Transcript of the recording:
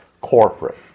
corporate